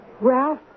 Ralph